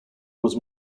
was